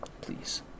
please